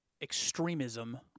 extremism –